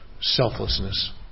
selflessness